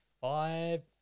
five